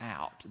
out